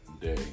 day